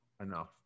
enough